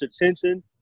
attention